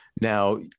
now